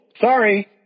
Sorry